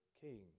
King